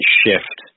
shift